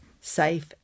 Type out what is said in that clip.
Safe